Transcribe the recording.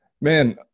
man